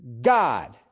God